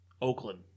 Oakland